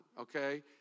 okay